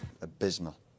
abysmal